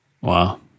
Wow